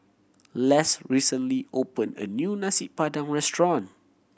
Less recently opened a new Nasi Padang restaurant